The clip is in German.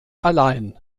allein